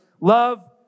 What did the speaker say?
love